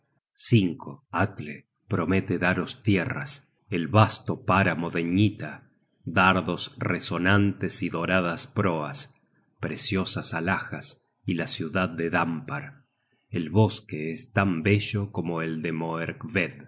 oro atle promete daros tierras el vasto páramo de gnita dardos resonantes y doradas proas preciosas alhajas y la ciudad de danpar el bosque es tan bello como el de